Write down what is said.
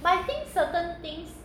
by certain things